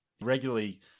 regularly